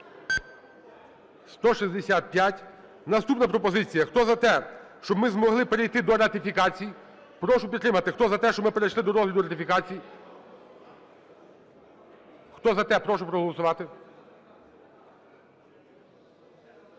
За-165 Наступна пропозиція. Хто за те, щоб ми змогли перейти до ратифікацій, прошу підтримати. Хто за те, щоб ми перейшли до розгляду ратифікацій? Хто за те, прошу проголосувати.